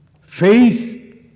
Faith